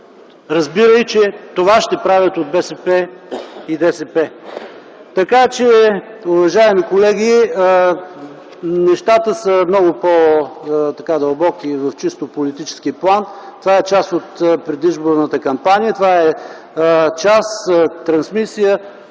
разбирай, че това ще правят от БСП и ДПС. Уважаеми колеги, нещата са много по-дълбоки в чисто политически план. Това е част от предизборната кампания. Това е част, трансмисия,